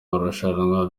marushanwa